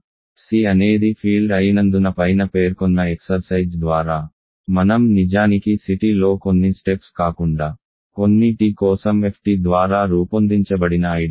C అనేది field అయినందున పైన పేర్కొన్న ఎక్సర్సైజ్ ద్వారా మనం నిజానికి C tలో కొన్ని స్టెప్స్ కాకుండా కొన్ని t కోసం ft ద్వారా రూపొందించబడిన ఐడియల్